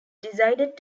decided